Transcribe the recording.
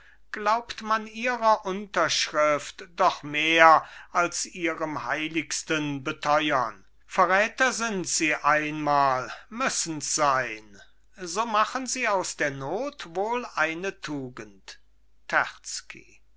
glaubt man ihrer unterschrift doch mehr als ihrem heiligsten beteuern verräter sind sie einmal müssens sein so machen sie aus der not wohl eine tugend